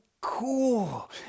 cool